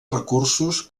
recursos